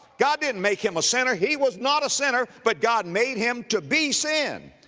god didn't make him a sinner, he was not a sinner, but god made him to be sin.